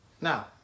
Now